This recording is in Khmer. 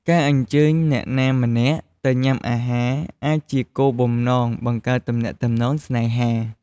ការអញ្ជើញអ្នកណាម្នាក់ទៅញ៉ាំអាហារ អាចជាគោលបំណងបង្កើតទំនាក់ទំនងស្នេហា។